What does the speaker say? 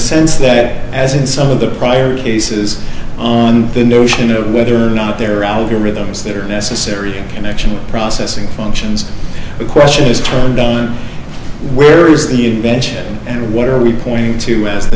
sense that as in some of the prior cases on the notion of whether or not there are algorithms that are necessary connection processing functions the question is turned down where is the invention and what are we pointing to as the